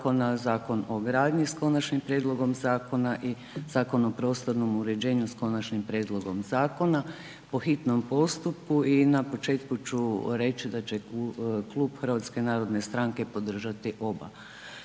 Zakon o gradnji s Konačnim prijedlogom zakona i Zakon o prostornom uređenju s Konačnim prijedlogom zakona, po hitnom postupku i na početku ću reći da će Klub HNS-a podržati oba